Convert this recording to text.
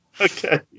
Okay